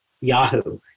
Yahoo